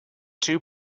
two